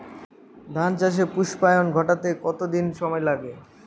ধান চাষে পুস্পায়ন ঘটতে কতো দিন সময় লাগে?